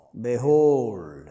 behold